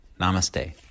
Namaste